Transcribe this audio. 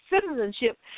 citizenship